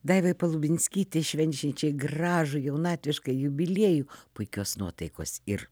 daivai palubinskytei švenčiančiai gražų jaunatvišką jubiliejų puikios nuotaikos ir